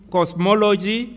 Cosmology